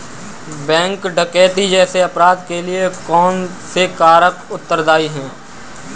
Bank डकैती जैसे अपराध के लिए कौन से कारक उत्तरदाई हैं?